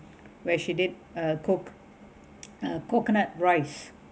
when she did uh coc~ uh coconut rice